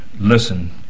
listen